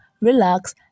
relax